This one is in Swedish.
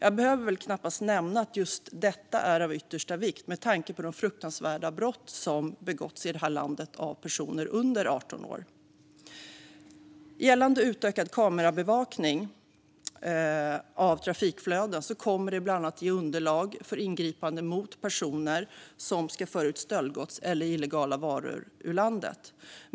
Jag behöver väl knappast nämna att just detta är av yttersta vikt med tanke på de fruktansvärda brott som begåtts i detta land av personer under 18 år. Gällande utökad kamerabevakning av trafikflöden kommer det bland annat att ge underlag för ingripanden mot personer som ska föra ut stöldgods eller illegala varor ur landet.